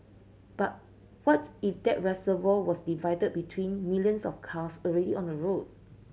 but what if that reservoir was divided between millions of cars already on the road